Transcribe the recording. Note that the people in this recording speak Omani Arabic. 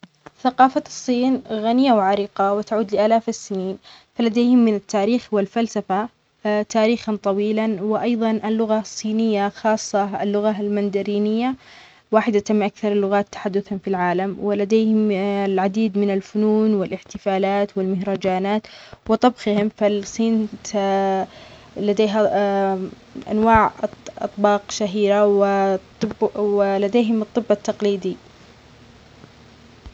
ثقافة الصين غنية وعريقة وتعود لالاف السنين فلديهم من التاريخ والفلسفة تاريخا طويلا وايظًا اللغة الصينية خاصة اللغة المندرينية واحدةً من اكثر اللغات تحدثًا في العالم ولديهم العديد من الفنون والاحتفالات والمهرجانات وطبخهم فالصين لديها أنواع اطباق شهيرة و ولديهم الطب التقليدي.